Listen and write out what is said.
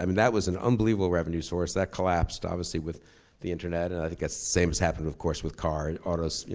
i mean that was an unbelievable revenue source that collapsed, obviously with the internet. and i think that's the same as happened of course, with car and autos.